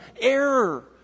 error